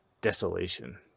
desolation